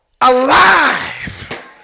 alive